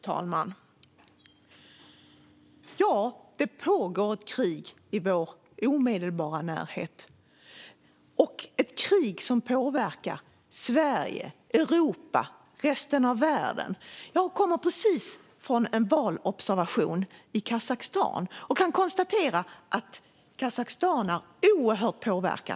Fru talman! Det pågår ett krig i vår omedelbara närhet, ett krig som påverkar Sverige, Europa och resten av världen. Jag kommer precis från en valobservation i Kazakstan och kan konstatera att Kazakstan är oerhört påverkat.